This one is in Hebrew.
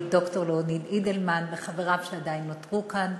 ד"ר ליאוניד אידלמן ואת חבריו שעדיין נותרו כאן.